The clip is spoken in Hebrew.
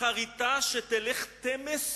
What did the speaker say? אחריתה שתלך תמס